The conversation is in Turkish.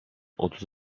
otuz